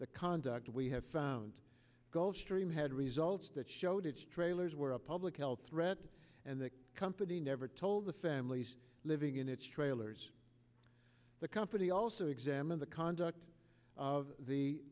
the conduct we have found gulfstream had results that showed its trailers were upon health threat and the company never told the families living in its trailers the company also examine the conduct of